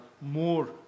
more